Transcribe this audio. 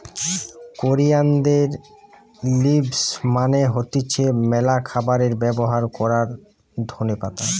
কোরিয়ানদের লিভস মানে হতিছে ম্যালা খাবারে ব্যবহার করবার ধোনে পাতা